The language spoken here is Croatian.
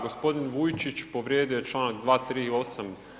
Gospodin Vujčić povrijedio je članak 238.